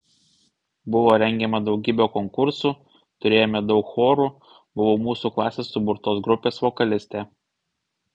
buvo rengiama daugybė konkursų turėjome daug chorų buvau mūsų klasės suburtos grupės vokalistė